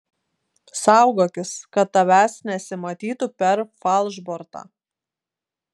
saugokis kad tavęs nesimatytų per falšbortą